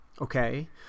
okay